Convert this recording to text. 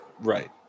Right